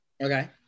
Okay